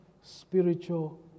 spiritual